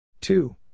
Two